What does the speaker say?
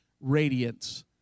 radiance